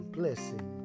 blessing